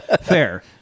fair